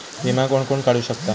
विमा कोण कोण काढू शकता?